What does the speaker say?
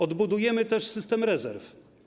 Odbudujemy też system rezerw.